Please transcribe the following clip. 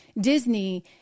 Disney